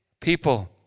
people